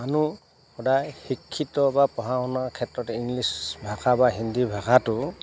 মানুহ সদায় শিক্ষিত বা পঢ়া শুনাৰ ক্ষেত্ৰত ইংলিছ ভাষা বা হিন্দী ভাষাটো